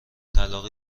طلاق